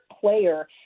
player